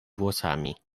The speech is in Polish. włosami